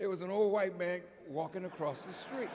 it was an all white man walking across the street